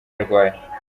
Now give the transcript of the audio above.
arwaye